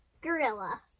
Gorilla